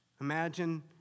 imagine